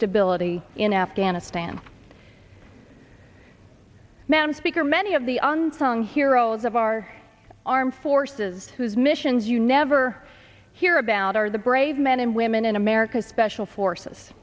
stability in afghanistan madam speaker many of the unsung heroes of our armed forces whose missions you never hear about are the brave men and women in america's special forces